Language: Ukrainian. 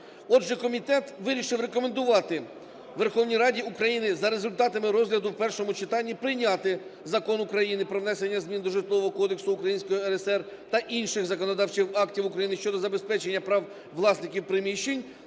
Отже, комітет вирішив рекомендувати Верховній Раді України за результатами розгляду в першому читання прийняти Закон України про внесення змін до Житлового кодексу Української РСР та інших законодавчих актів України щодо забезпечення прав власників приміщень